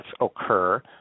occur